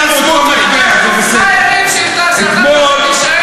למרות שיותר הגיוני זה ועדת הכספים, לא?